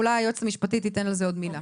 אולי היועצת המשפטית תיתן על זה עוד מילה.